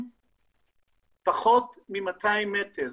פחות מ-200 מטר.